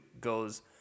goes